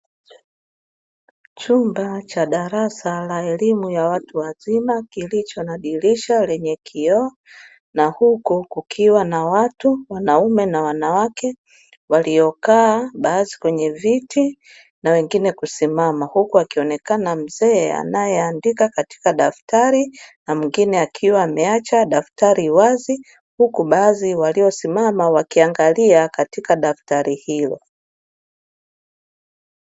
Chumba cha darasa la elimu ya watu wazima kilicho na dirisha lenye kioo, na huku kukiwa na watu wanaume na wanawake waliokaa baadhi kwenye viti na wengine kusimama, huku akionekana mzee anae andika katika daftari, na mwingine akiwa ameacha daftari wazi, huku baadhi waliosimama wakiangalia katika daftari hilo.